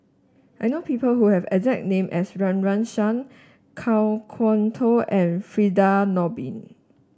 I know people who have the exact name as Run Run Shaw Kan Kwok Toh and Firdaus Nordin